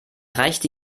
reichte